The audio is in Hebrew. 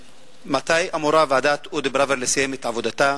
מתי אמורה ועדת אודי פראוור לסיים את עבודתה?